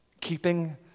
keeping